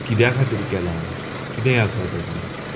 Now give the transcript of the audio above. कित्या खातीर केलां कितें आसा तातूंत